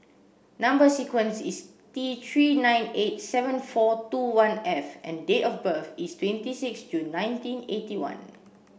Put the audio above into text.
number sequence is T three nine eight seven four two one F and date of birth is twenty six June nineteen eighty one